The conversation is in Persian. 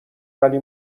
ولی